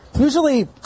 Usually